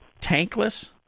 Tankless